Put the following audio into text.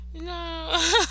no